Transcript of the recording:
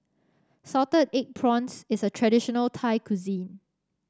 Salted Egg Prawns is a traditional cuisine